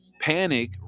panic